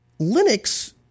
Linux